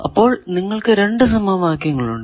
ഇപ്പോൾ നിങ്ങൾക്കു രണ്ടു സമവാക്യങ്ങൾ ഉണ്ട്